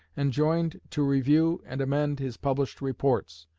enjoined to review and amend his published reports,